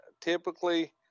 typically